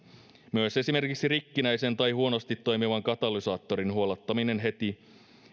myös esimerkiksi rikkinäisen tai huonosti toimivan katalysaattorin huollattaminen heti